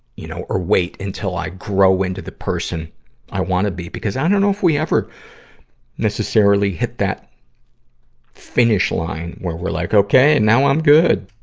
you know, or wait until i grow into the person i wanna be, because i don't know if we ever necessarily hit that finish line, where we're like, okay, and now i'm good!